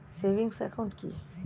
Savings account কি?